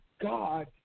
God